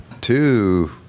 two